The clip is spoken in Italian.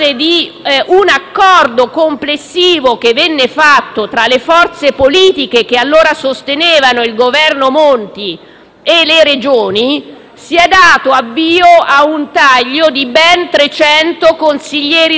un accordo complessivo tra le forze politiche che allora sostenevano il Governo Monti e le Regioni, si è dato avvio a un taglio di ben 300 consiglieri regionali.